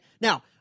Now